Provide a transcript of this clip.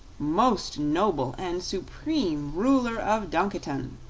most noble and supreme ruler of dunkiton,